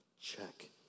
Check